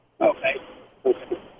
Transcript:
Okay